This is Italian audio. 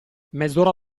mezz’ora